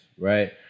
right